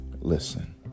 Listen